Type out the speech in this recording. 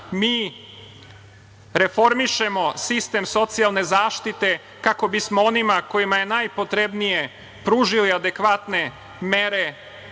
reformišemo sistem socijalne zaštite kako bismo onima kojima je najpotrebnije pružili adekvatne mere